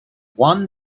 one